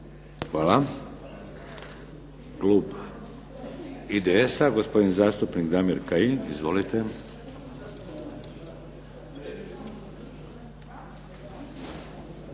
Hvala. Klub IDS-a, gospodin zastupnik Damir Kajin. Izvolite.